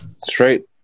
Straight